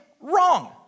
wrong